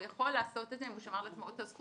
הוא יכול לעשות את זה אם הוא שמר לעצמו את הזכות,